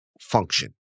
function